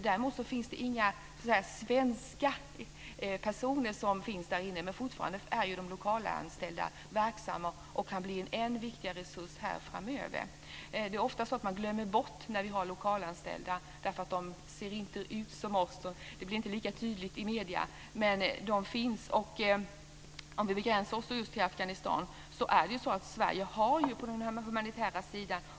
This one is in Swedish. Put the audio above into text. Däremot finns inga svenskar där inne, men de lokalanställda är fortfarande verksamma och kan bli en än viktigare resurs framöver. Man glömmer ofta bort att vi har lokalanställda därför att de inte ser ut som vi. Det blir inte lika tydligt i medierna, men de finns. Och om vi begränsar oss just till Afghanistan kan jag säga att Sverige gör oerhört mycket på den humanitära sidan.